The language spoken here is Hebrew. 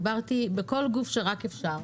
בכל גוף שרק אפשר.